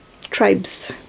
Tribes